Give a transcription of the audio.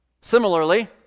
Similarly